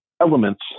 elements